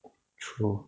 true